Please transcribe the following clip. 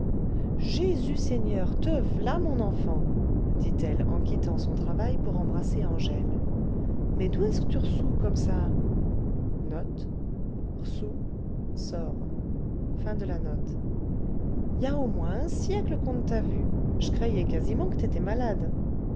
jésus seigneur te v'là mon enfant dit-elle en quittant son travail pour embrasser angèle mais d'où est-ce que tu r'sous comme ça y a au moins un siècle qu'on n't'a vue j'créyais quasiment qu't'étais malade